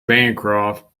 bancroft